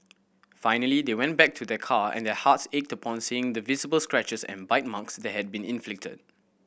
finally they went back to their car and their hearts ached upon seeing the visible scratches and bite marks that had been inflicted